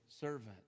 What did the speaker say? servant